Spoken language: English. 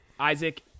Isaac